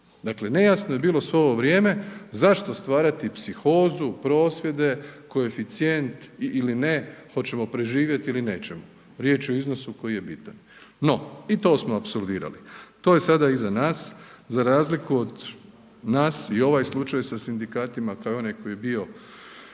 dakle nejasno je bilo svo ovo vrijeme zašto stvarati psihozu, prosvjede, koeficijent ili ne, hoćemo preživjeti ili nećemo, riječ je o iznosu koji je bitan, no i to smo apsolvirali, to je sada iza nas za razliku od nas i ovaj slučaj sa sindikatima kao i onaj koji je bio